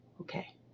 Okay